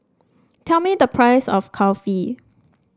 tell me the price of Kulfi